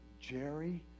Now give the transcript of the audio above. Jerry